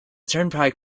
turnpike